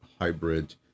hybrid